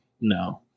no